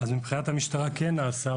אז מבחינת המשטרה כן נעשה,